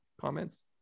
comments